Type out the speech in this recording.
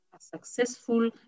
successful